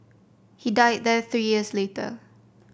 he died there three years later